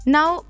Now